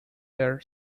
their